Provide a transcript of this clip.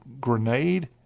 grenade